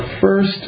first